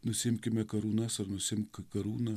nusiimkime karūnas ar nusiimk karūną